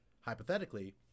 Hypothetically